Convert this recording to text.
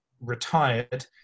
retired